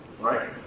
Right